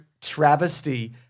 travesty